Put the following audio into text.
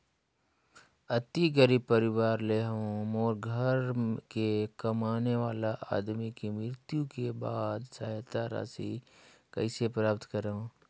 अति गरीब परवार ले हवं मोर घर के कमाने वाला आदमी के मृत्यु के बाद सहायता राशि कइसे प्राप्त करव?